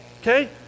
Okay